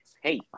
Hey